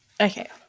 okay